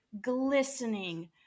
glistening